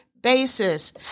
basis